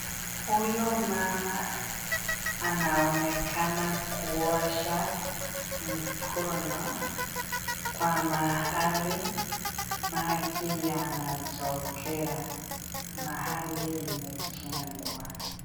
Huyu mama anaonekana kuosha mkono, kwa mahali maji yanatokea mahali imejengwa.